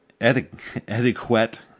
Etiquette